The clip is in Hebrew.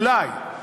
אולי.